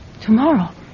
Tomorrow